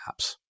apps